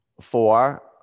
four